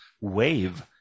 wave